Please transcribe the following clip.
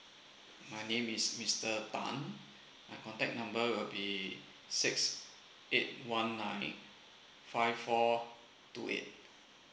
my name is mister tan my contact number will be six eight one nine five four two eight